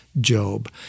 Job